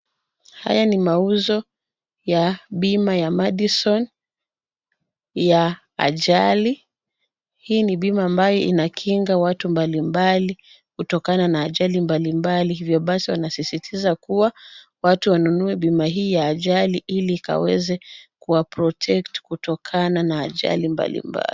Haya ni mauzo ya bima ya Madison ya ajali, hii ni bima ambayo inakinga watu mbalimbali kutokana na ajali mbalimbali hivyo basi wanasisitiza kuwa watu wanunue bima hii ya ajali ili ikaweze kuwa protect kutokana na ajali mbalimbali.